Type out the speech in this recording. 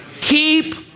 Keep